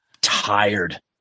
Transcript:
Tired